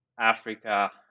Africa